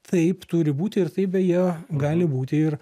taip turi būti ir tai beje gali būti ir